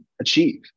achieve